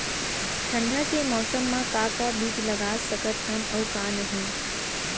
ठंडा के मौसम मा का का बीज लगा सकत हन अऊ का नही?